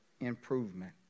improvement